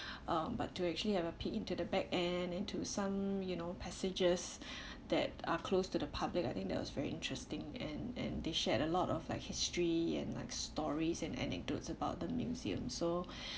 uh but to actually have a peek into the back end into some you know passages that are closed to the public I think that was very interesting and and they shared a lot of like history and like stories and anecdotes about the museum so